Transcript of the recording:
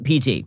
PT